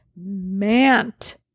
Mant